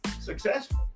Successful